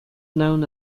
known